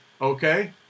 okay